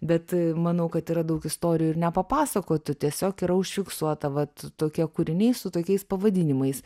bet manau kad yra daug istorijų ir nepapasakotų tiesiog yra užfiksuota vat tokie kūriniai su tokiais pavadinimais